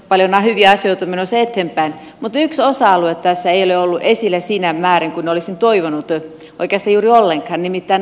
paljon on hyviä asioita menossa eteenpäin mutta yksi osa alue tässä ei ole ollut esillä siinä määrin kuin olisin toivonut oikeastaan juuri ollenkaan nimittäin arjen turvallisuus